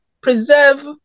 preserve